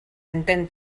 entén